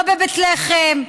לא בבית לחם,